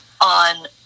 on